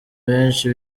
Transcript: benshi